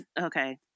okay